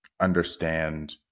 understand